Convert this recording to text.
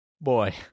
boy